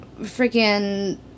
freaking